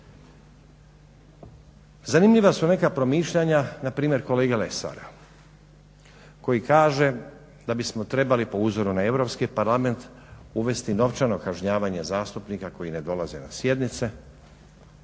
Zanimljiva su neka promišljanja npr. kolege Lesara koji kaže da bismo trebali po uzoru na Europski parlament uvesti novčano kažnjavanje zastupnika koji ne dolaze na sjednice,